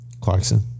Clarkson